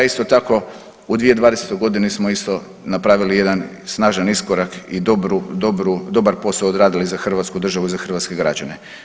Isto tako u 2020.g. smo isto napravili jedan snažan iskorak i dobru, dobru, dobar posao odradili za hrvatsku državu i za hrvatske građane.